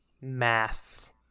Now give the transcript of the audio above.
Math